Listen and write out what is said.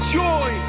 joy